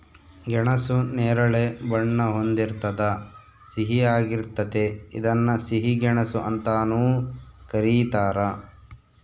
ಗೆಣಸು ನೇರಳೆ ಬಣ್ಣ ಹೊಂದಿರ್ತದ ಸಿಹಿಯಾಗಿರ್ತತೆ ಇದನ್ನ ಸಿಹಿ ಗೆಣಸು ಅಂತಾನೂ ಕರೀತಾರ